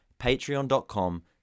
patreon.com